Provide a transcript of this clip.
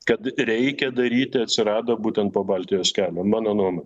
kad reikia daryti atsirado būtent po baltijos kelio mano nuomone